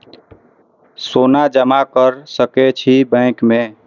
सोना जमा कर सके छी बैंक में?